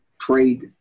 trade